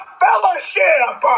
fellowship